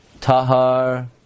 Tahar